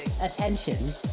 attention